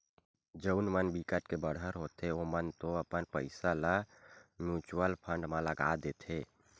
जउन मन बिकट के बड़हर होथे ओमन तो अपन पइसा ल म्युचुअल फंड म लगा देथे